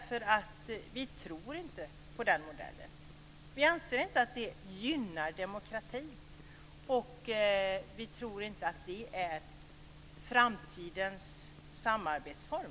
Vi tror inte på den modellen. Vi anser inte att den gynnar demokratin. Vi tror inte att den är framtidens samarbetsform.